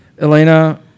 elena